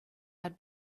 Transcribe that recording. had